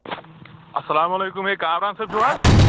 اَسَلامُ علیکُم اے کامران صٲب چھُ حظ